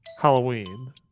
Halloween